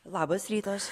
labas rytas